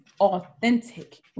authentic